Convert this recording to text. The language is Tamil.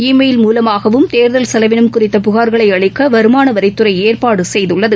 ஈ மெயில் மூலமாகவும் தேர்தல் செலவினம் குறித்த புகார்களைஅளிக்கவருமானவரித்துறைஏற்பாடுசெய்துள்ளது